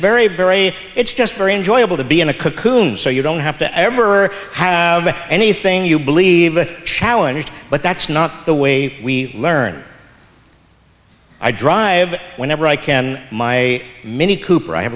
very very it's just very enjoyable to be in a cocoon so you don't have to ever have anything you believe a challenge but that's not the way we learn i drive whenever i can my mini cooper i have